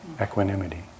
equanimity